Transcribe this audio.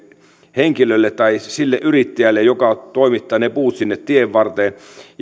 henkilölle tai sille yrittäjälle joka toimittaa ne puut sinne tienvarteen